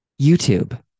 youtube